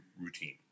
routine